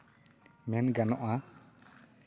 ᱢᱮᱱ ᱜᱟᱱᱚᱜᱼᱟ